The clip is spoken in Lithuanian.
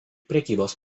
prekybos